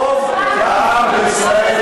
רוב העם בישראל,